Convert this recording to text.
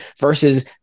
versus